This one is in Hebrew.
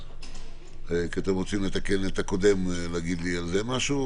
אתם רוצים להגיד על זה משהו?